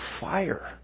fire